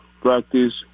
practice